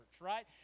right